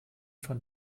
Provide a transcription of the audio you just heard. von